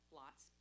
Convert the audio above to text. lots